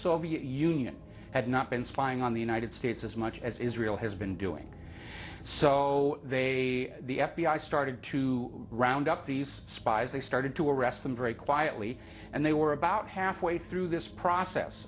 soviet union had not been spying on the united states as much as israel has been doing so the f b i started to round up these spies they started to arrest them very quietly and they were about halfway through this process